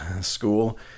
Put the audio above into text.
school